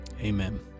Amen